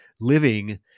living